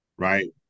Right